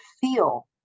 feel